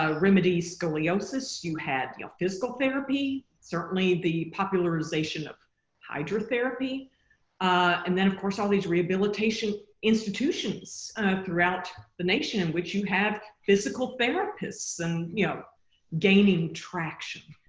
ah remedy scoliosis, you had physical therapy certainly the popularization of hydrotherapy and then of course all these rehabilitation institutions throughout the nation in which you have physical therapists and you know gaining traction.